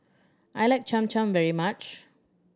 I like Cham Cham very much